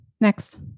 Next